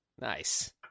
Nice